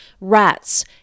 rats